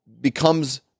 becomes